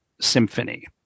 symphony